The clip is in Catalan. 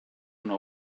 una